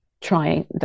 trying